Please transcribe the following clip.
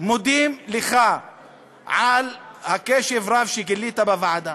מודים לך על הקשב הרב שגילית בוועדה